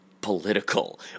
political